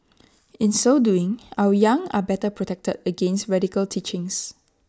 in so doing our young are better protected against radical teachings